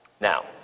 now